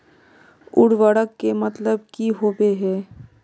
उर्वरक के मतलब की होबे है?